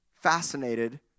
fascinated